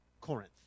Corinth